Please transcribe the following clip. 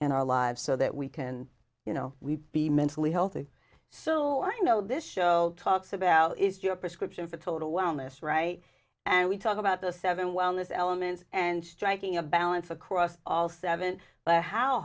in our lives so that we can you know we be mentally healthy so i know this show talks about is your prescription for total wellness right and we talk about the seven wellness elements and striking a balance across all seven